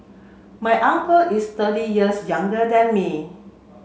my uncle is thirty years younger than me